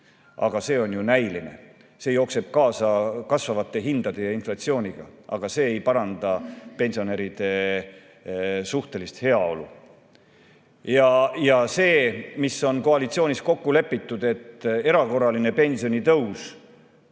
Aga see on ju näiline. See jookseb kasvavate hindade ja inflatsiooniga kaasa, aga see ei paranda pensionäride suhtelist heaolu. See, mis on koalitsioonis kokku lepitud – et erakorraline pensionitõus